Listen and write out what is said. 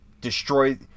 Destroy